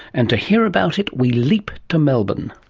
and to hear about it we leap to melbourne.